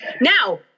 Now